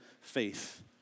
faith